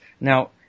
Now